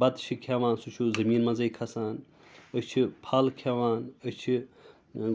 بَتہٕ چھِ کھٮ۪وان سُہ چھُ زٔمیٖن منٛزٕے کھَسان أسۍ چھِ پھل کھٮ۪وان أسۍ چھِ